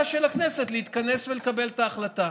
של הכנסת להתכנס ולקבל את ההחלטה.